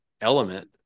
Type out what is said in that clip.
element